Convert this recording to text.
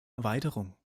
erweiterung